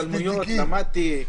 עשיתי השתלמויות, למדתי.